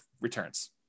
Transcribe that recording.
returns